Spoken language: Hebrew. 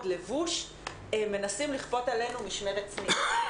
לבוש מנסים לכפות עלינו משמרת צניעות.